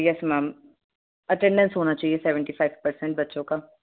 yes ma'am attendance होना चाहिए seventy five percent बच्चों का